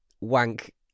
wank